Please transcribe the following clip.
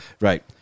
Right